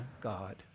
God